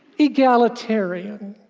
egalitarian.